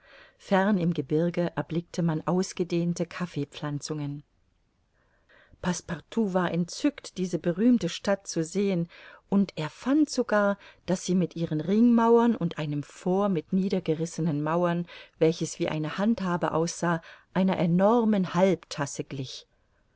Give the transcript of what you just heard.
fern im gebirge erblickte man ausgedehnte kaffee pflanzungen war entzückt diese berühmte stadt zu sehen und er fand sogar daß sie mit ihren ringmauern und einem fort mit niedergerissenen mauern welches wie eine handhabe aussah einer enormen halbtasse glich